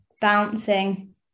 bouncing